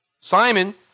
Simon